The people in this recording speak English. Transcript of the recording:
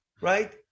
Right